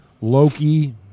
Loki